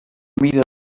mida